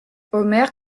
omer